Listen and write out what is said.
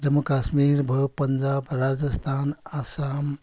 जम्मू कश्मीर भयो पन्जाब राजस्थान आसाम